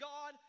God